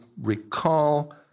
recall